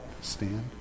stand